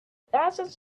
thousands